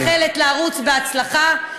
אני מאחלת לערוץ בהצלחה.